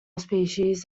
species